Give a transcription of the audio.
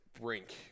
brink